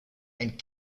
and